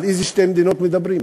על איזה שתי מדינות מדברים?